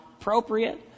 appropriate